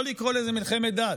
לא לקרוא לזה מלחמת דת.